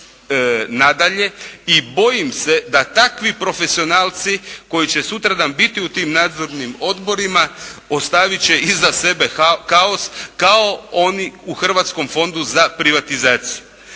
i bojim se da takvi profesionalci koji će sutradan biti u tim nadzornim odborima, postavit će iza sebe kaos kao oni u Hrvatskom fondu za privatizaciju.